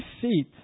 feet